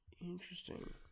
interesting